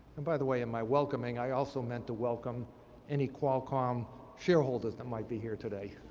and by the way, in my welcoming, i also meant to welcome any qualcomm shareholders that might be here today.